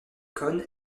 cohn